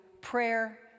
prayer